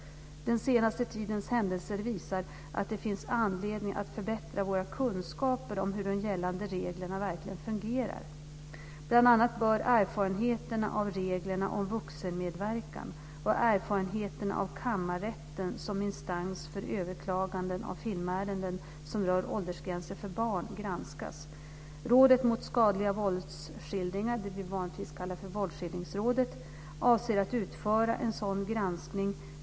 Den senaste tidens händelser visar att det finns anledning att förbättra våra kunskaper om hur de gällande reglerna verkligen fungerar. Bl.a. bör erfarenheterna av reglerna om vuxenmedverkan och erfarenheterna av kammarrätten som instans för överklaganden av filmärenden som rör åldersgränser för barn granskas. Rådet mot skadliga våldsskildringar, det som vi vanligtvis kallar Våldsskildringsrådet, avser att utföra en sådan granskning.